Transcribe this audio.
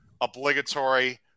obligatory